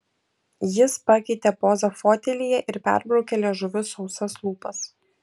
jis pakeitė pozą fotelyje ir perbraukė liežuviu sausas lūpas